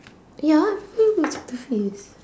ya everyone looks at the face